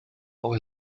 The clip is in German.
auch